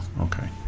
okay